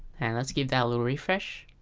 and let's give that a little refresh